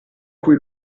cui